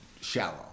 shallow